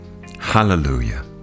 Hallelujah